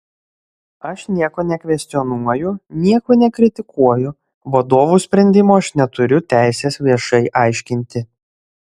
aš nieko nekvestionuoju nieko nekritikuoju vadovų sprendimo aš neturiu teisės viešai aiškinti